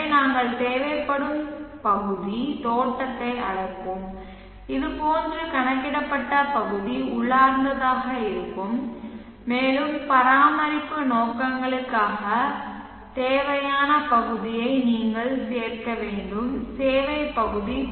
எனவே நாங்கள் தேவைப்படும் பகுதி தோட்டத்தை அழைப்போம் இது போன்ற கணக்கிடப்பட்ட பகுதி உள்ளார்ந்ததாக இருக்கும் மேலும் பராமரிப்பு நோக்கங்களுக்காக தேவையான பகுதியை நீங்கள் சேர்க்க வேண்டும் சேவை பகுதி